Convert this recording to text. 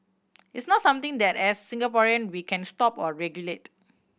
it's not something that as Singaporean we can stop or regulate